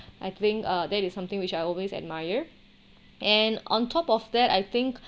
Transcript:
I think uh that is something which I always admire and on top of that I think